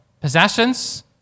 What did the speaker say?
possessions